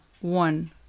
one